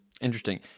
Interesting